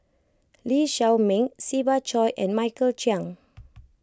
Lee Shao Meng Siva Choy and Michael Chiang